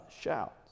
shouts